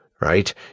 Right